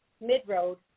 mid-road